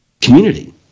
community